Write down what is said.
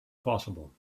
possible